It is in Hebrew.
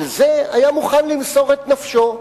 על זה היה מוכן למסור את נפשו.